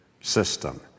system